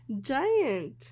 Giant